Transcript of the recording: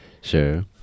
Sure